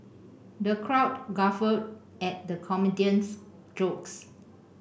the crowd guffawed at the comedian's jokes